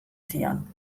zion